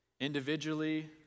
individually